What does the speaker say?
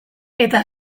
eta